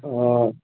ഓ